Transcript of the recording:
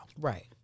Right